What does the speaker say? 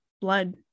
blood